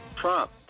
Trump